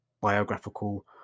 biographical